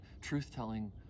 truth-telling